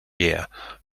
year